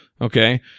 Okay